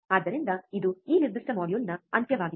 ಆದ್ದರಿಂದ ಇದು ಈ ನಿರ್ದಿಷ್ಟ ಮಾಡ್ಯೂಲ್ನ ಅಂತ್ಯವಾಗಿದೆ